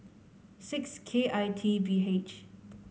six K I T B H